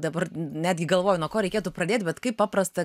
dabar netgi galvoju nuo ko reikėtų pradėt bet kaip paprasta